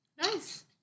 Nice